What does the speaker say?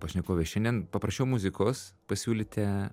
pašnekovė šiandien paprašiau muzikos pasiūlyti